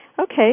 Okay